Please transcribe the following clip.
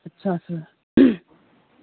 अच्छा सर